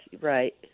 right